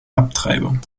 abtreibung